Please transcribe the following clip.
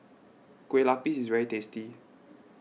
Kueh Lapis is very tasty